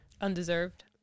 Undeserved